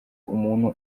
umuntu